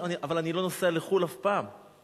אבל אני לא נוסע לחו"ל אף פעם.